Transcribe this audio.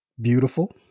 Beautiful